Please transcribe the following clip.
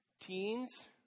teens